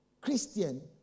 Christian